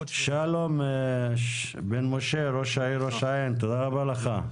שלום בן משה, ראש העיר ראש העין, תודה רבה לך.